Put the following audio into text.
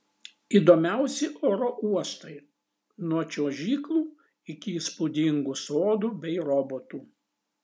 įdomiausi oro uostai nuo čiuožyklų iki įspūdingų sodų bei robotų